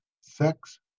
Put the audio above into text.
sex